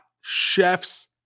chef's